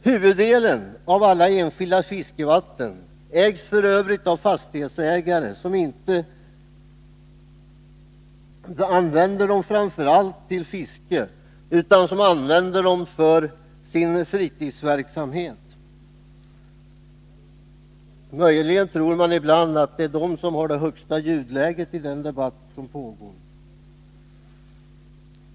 Huvuddelen av alla enskilda fiskevatten ägs f. ö. av fastighetsägare som inte använder dem i första hand till fiske utan för sin fritidsverksamhet. Ibland tror man att det möjligen är de som har det högsta ljudläget i den debatt som pågår.